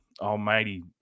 almighty